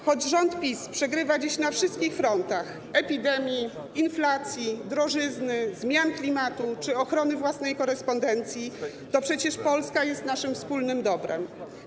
Choć rząd PiS przegrywa dziś na wszystkich frontach: epidemii, inflacji, drożyzny, zmian klimatu czy ochrony własnej korespondencji, to przecież Polska jest naszym wspólnym dobrem.